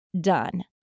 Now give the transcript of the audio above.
done